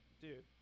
Dude